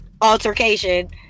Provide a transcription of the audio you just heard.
altercation